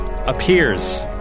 appears